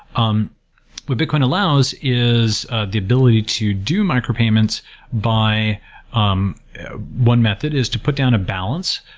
um what bitcoin allows is the ability to do micropayments by um one method is to put down a balance,